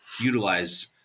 utilize